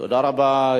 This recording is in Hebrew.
תודה רבה,